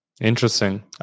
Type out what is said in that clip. Interesting